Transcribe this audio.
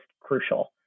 crucial